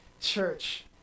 church